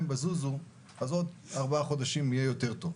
ב"זוזו" ועוד 4 חודשים יהיה יותר טוב.